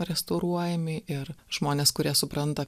restauruojami ir žmonės kurie supranta